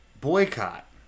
Boycott